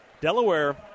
Delaware